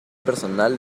personal